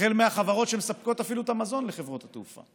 החל בחברות שמספקות את המזון לחברות התעופה,